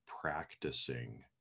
practicing